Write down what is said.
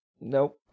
Nope